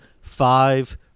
five